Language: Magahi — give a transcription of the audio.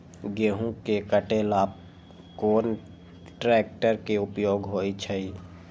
गेंहू के कटे ला कोंन ट्रेक्टर के उपयोग होइ छई?